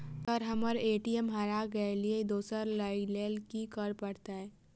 Sir हम्मर ATM हरा गइलए दोसर लईलैल की करऽ परतै?